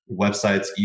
websites